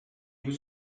was